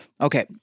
Okay